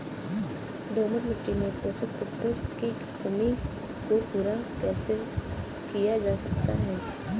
दोमट मिट्टी में पोषक तत्वों की कमी को पूरा कैसे किया जा सकता है?